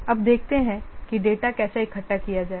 अब देखते हैं कि डेटा कैसे इकट्ठा किया जाए